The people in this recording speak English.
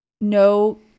no